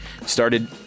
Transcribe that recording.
started